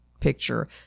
picture